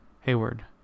Hayward